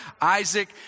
Isaac